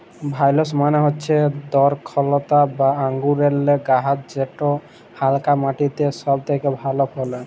ভাইলস মালে হচ্যে দরখলতা বা আঙুরেল্লে গাহাচ যেট হালকা মাটিতে ছব থ্যাকে ভালো ফলে